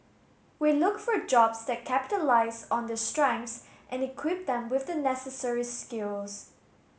we look for jobs that capitalise on their strengths and equip them with the necessary skills